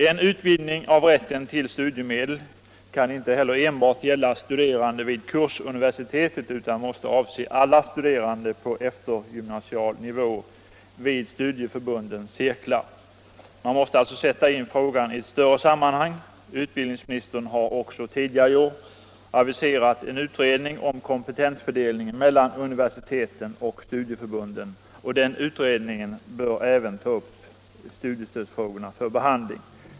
En utvidgning av rätten till studiemedel kan inte heller enbart gälla studerande vid Kursverksamheten utan måste avse alla studerande på eftergymnasial nivå vid studieförbundens cirklar. Man måste alltså sätta in frågan i ett större sammanhang. Utbildningsministern har också tidigare i år aviserat en utredning om kompetensfördelningen mellan universiteten och studieförbunden. Den utredningen bör även ta upp studiestödsfrågorna för behandling.